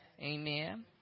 Amen